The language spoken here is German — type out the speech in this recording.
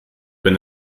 wenn